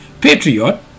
patriot